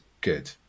Good